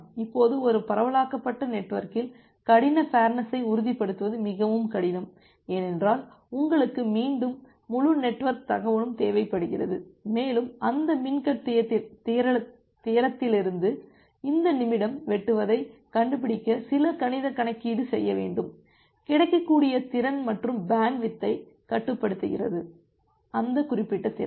இப்போது ஒரு பரவலாக்கப்பட்ட நெட்வொர்க்கில் கடின ஃபேர்நெஸ் ஐ உறுதிப்படுத்துவது மிகவும் கடினம் ஏனென்றால் உங்களுக்கு மீண்டும் முழு நெட்வொர்க் தகவலும் தேவைப்படுகிறது மேலும் அந்த மின் கட் தியரத்திலிருந்து இந்த நிமிடம் வெட்டுவதைக் கண்டுபிடிக்க சில கணித கணக்கீடு செய்ய வேண்டும் கிடைக்கக்கூடிய திறன் மற்றும் பேண்ட்வித்தை கட்டுப்படுத்துகிறது அந்த குறிப்பிட்ட திறன்